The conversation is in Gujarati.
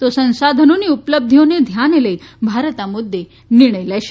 તો સંશાધનોની ઉપલબ્ધિઓને ધ્યાને લઈને ભારત આ મુદ્દે નિર્ણય લેશે